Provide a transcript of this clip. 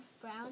brown